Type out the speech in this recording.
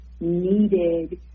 needed